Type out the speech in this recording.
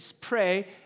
pray